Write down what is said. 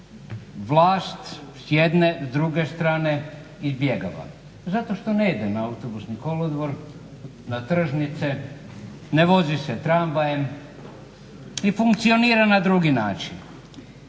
vlast s jedne, s druge strane izbjegava zato što ne ide na autobusni kolodvor, na tržnice, ne vozi se tramvajem i funkcionira na drugi način.